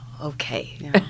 okay